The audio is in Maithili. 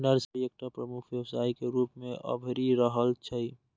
नर्सरी एकटा प्रमुख व्यवसाय के रूप मे अभरि रहल छै